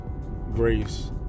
grace